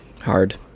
hard